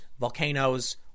volcanoes